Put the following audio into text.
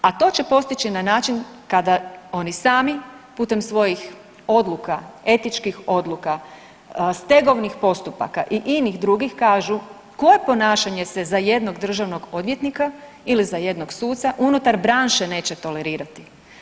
A to će postići na način kada oni sami putem svojih odluka, etičkih odluka, stegovnih postupaka i inih drugih kažu koje ponašanje se za jednog državnog odvjetnika ili za jednog suca unutar branše neće tolerirati.